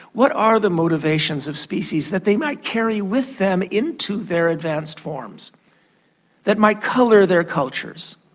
what are the motivations of species that they might carry with them into their advanced forms that might colour their cultures?